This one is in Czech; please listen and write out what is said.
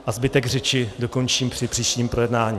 A zbytek řeči dokončím při příštím projednávání.